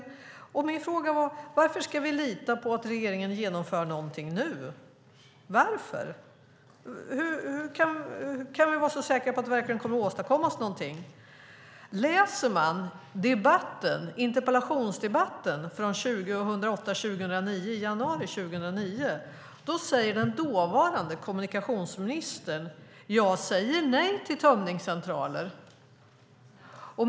Min fråga var: Varför ska vi lita på att regeringen genomför något nu? Hur kan vi vara så säkra på att det verkligen kommer att åstadkommas något? I interpellationsdebatten från riksmötet 2008/09 i januari 2009 säger den dåvarande kommunikationsministern: "Jag säger nej till tömningscentraler."